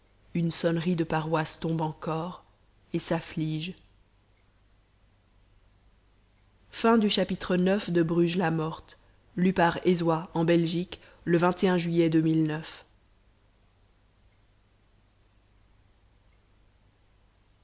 une sonnerie de paroisse tombe encore et s'afflige x